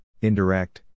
indirect